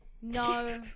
No